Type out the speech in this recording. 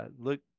look